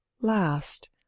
LAST